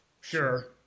Sure